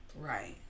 right